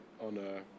on